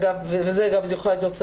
ואת זה את גם יכולה לבדוק,